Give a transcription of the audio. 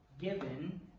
given